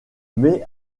mai